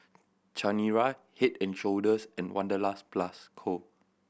Chanira Head and Shoulders and Wanderlust Plus Co